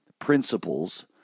principles